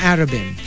Arabin